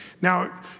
Now